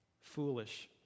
foolish